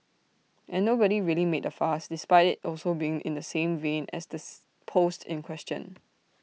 and nobody really made A fuss despite IT also being in the same vein as this post in question